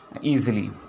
easily